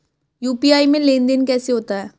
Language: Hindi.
यू.पी.आई में लेनदेन कैसे होता है?